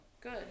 good